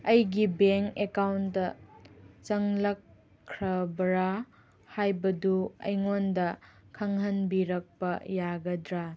ꯑꯩꯒꯤ ꯕꯦꯡꯛ ꯑꯦꯛꯀꯥꯎꯟꯗ ꯆꯪꯂꯛꯈ꯭ꯔꯕꯔꯥ ꯍꯥꯏꯕꯗꯨ ꯑꯩꯉꯣꯟꯗ ꯈꯪꯍꯟꯕꯤꯔꯛꯄ ꯌꯥꯒꯗ꯭ꯔꯥ